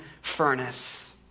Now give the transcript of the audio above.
furnace